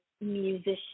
musician